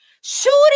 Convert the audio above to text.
shooting